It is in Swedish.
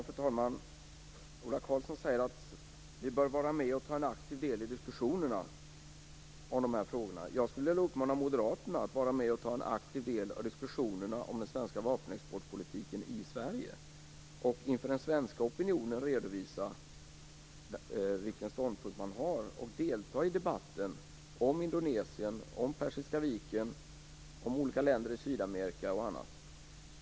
Fru talman! Ola Karlsson säger att vi bör vara med och ta en aktiv del i diskussionerna kring dessa frågor. Jag skulle vilja uppmana moderaterna att vara med och ta en aktiv del i diskussionerna om den svenska vapenexportpolitiken i Sverige. Jag vill uppmana dem att inför den svenska opinionen redovisa vilka ståndpunkter de har och att delta i debatten om Indonesien, Persiska viken, olika länder i Sydamerika och annat.